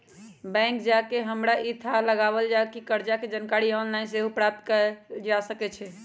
bank जा कऽ हमरा इ थाह लागल कि कर्जा के जानकारी ऑनलाइन सेहो प्राप्त कएल जा सकै छै